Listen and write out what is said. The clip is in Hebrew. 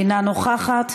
אינה נוכחת,